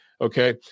okay